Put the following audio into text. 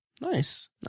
Nice